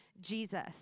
Jesus